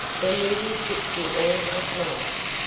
then we will fix you all up nice.